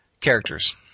characters